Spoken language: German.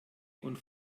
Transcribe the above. und